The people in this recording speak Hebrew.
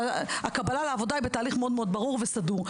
והקבלה לעבודה היא בתהליך מאוד-מאוד ברור וסדור.